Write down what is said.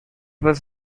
was